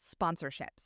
sponsorships